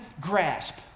grasp